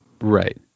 Right